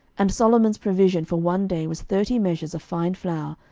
and solomon's provision for one day was thirty measures of fine flour,